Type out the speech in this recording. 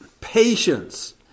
patience